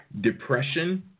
depression